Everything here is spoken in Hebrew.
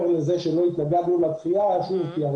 לזה שלא התנגדנו לדחייה כי כמו שאמרתי,